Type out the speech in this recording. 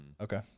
Okay